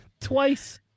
Twice